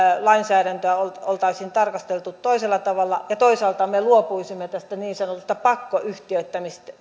lainsäädäntöä oltaisiin tarkasteltu toisella tavalla ja että me toisaalta luopuisimme tästä niin sanotusta pakkoyhtiöittämisestä